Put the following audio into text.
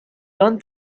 learned